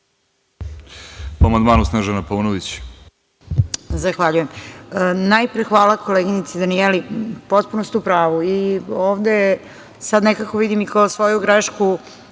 Paunović. **Snežana Paunović** Zahvaljujem. Najpre hvala koleginici Danijeli, potpuno ste u pravu. Ovde sad nekako vidim i kao svoju grešku